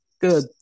good